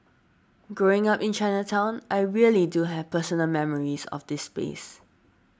growing up in Chinatown I really do have personal memories of this space